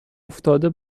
افتاده